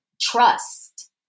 trust